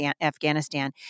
Afghanistan